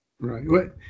Right